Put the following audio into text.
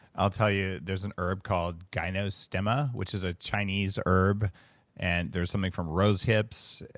i'll tell you there's an herb called gynostemma which is a chinese herb and there's something from rose hips,